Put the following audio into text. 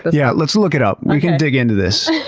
but yeah, let's look it up. we can dig into this.